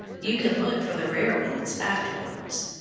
you can look for the rare ones afterwards.